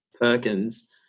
Perkins